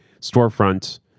storefront